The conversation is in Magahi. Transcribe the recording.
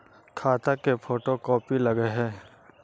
खाता के फोटो कोपी लगहै?